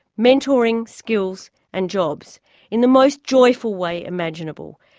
mentoring, skills and jobs in the most joyful way imaginable.